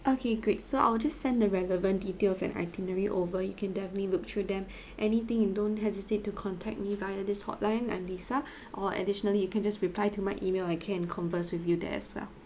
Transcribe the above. okay great so I will just send the relevant details and itinerary over you can definitely look through them anything you don't hesitate to contact me via this hotline I'm lisa or additionally you can just reply to my email I can converse with you there as well